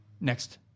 Next